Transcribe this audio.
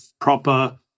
proper